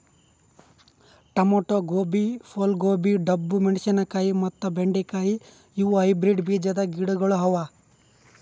tomato, ಗೋಬಿ, ಫೂಲ್ ಗೋಬಿ, ಡಬ್ಬು ಮೆಣಶಿನಕಾಯಿ ಮತ್ತ ಬೆಂಡೆ ಕಾಯಿ ಇವು ಹೈಬ್ರಿಡ್ ಬೀಜದ್ ಗಿಡಗೊಳ್ ಅವಾ